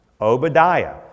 Obadiah